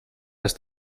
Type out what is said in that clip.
dass